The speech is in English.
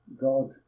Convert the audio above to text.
God